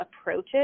approaches